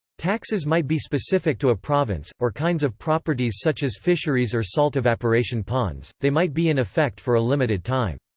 taxes might be specific to a province, or kinds of properties such as fisheries or salt evaporation ponds they might be in effect for a limited time.